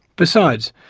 besides,